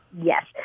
yes